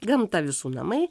gamta visų namai